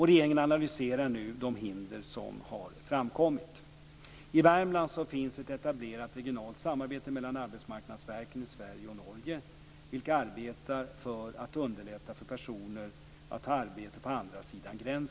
Regeringen analyserar nu de hinder som har framkommit. I Värmland finns ett etablerat regionalt samarbete mellan arbetsmarknadsverken i Sverige och Norge, vilka arbetar för att underlätta för personer att ta arbete på andra sidan gränsen.